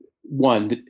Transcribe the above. one